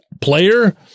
player